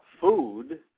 food